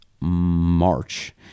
March